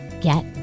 Get